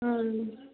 ಹ್ಞೂ